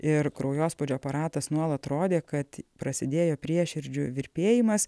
ir kraujospūdžio aparatas nuolat rodė kad prasidėjo prieširdžių virpėjimas